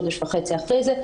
חודש וחצי אחרי זה.